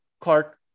Clark